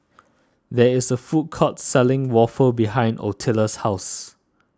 there is a food court selling Waffle behind Ottilia's house